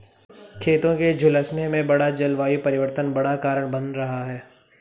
खेतों के झुलसने में जलवायु परिवर्तन बड़ा कारण बन रहा है